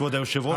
כבוד היושב-ראש,